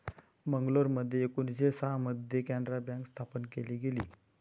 मंगलोरमध्ये एकोणीसशे सहा मध्ये कॅनारा बँक स्थापन केली गेली